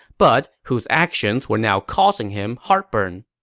but whose actions were now causing him heartburn.